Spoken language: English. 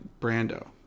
Brando